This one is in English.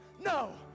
no